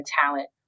talent